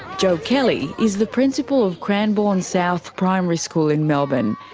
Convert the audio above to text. joe kelly is the principal of cranbourne south primary school in melbourne.